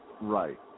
right